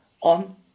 on